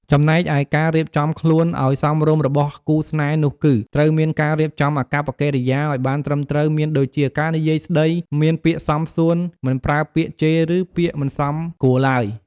ចំណែកឯការរៀបចំខ្លួនឱ្យសមរម្យរបស់គូរស្នេហ៍នោះគឺ ត្រូវមានការរៀបចំអាកប្បកិរិយាឱ្យបានត្រឹមត្រូវមានដូចជា ការនិយាយស្តី មានពាក្យសមសួន មិនប្រើពាក្យជេឬពាក្យមិនសមគួរឡើយ។